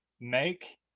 make